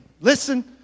Listen